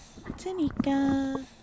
Tanika